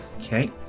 Okay